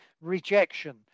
rejection